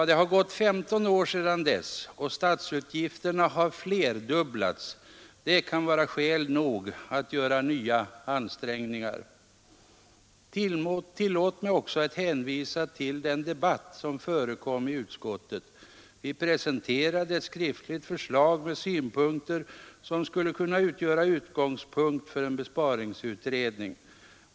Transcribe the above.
Det har gått 15 år sedan dess, och statsutgifterna har flerdubblats. Det kan vara skäl nog att göra nya ansträngningar. Tillåt mig också att hänvisa till den debatt som förekom i utskottet. Vi presenterade ett skriftligt förslag med synpunkter som skulle kunna utgöra utgångspunkt för en besparingsutredning.